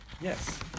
Yes